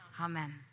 Amen